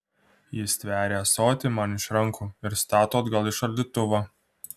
ji stveria ąsotį man iš rankų ir stato atgal į šaldytuvą